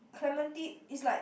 Clementi is like